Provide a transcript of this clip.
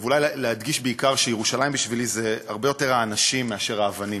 ואולי להדגיש בעיקר שירושלים בשבילי זה הרבה יותר האנשים מאשר האבנים.